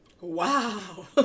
Wow